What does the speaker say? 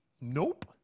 Nope